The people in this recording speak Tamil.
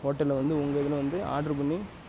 ஹோட்டலில் வந்து உங்கள் இதில் வந்து ஆர்டர் பண்ணி